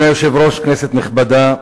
אדוני היושב-ראש, כנסת נכבדה,